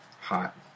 hot